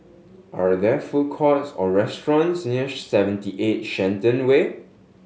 are there food courts or restaurants near Seventy Eight Shenton Way